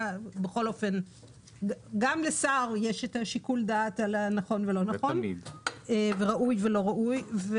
גם לשר יש את שיקול הדעת על נכון ולא נכון וראוי ולא ראוי.